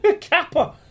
Kappa